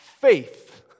faith